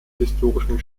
historischen